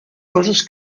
coses